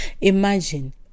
Imagine